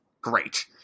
great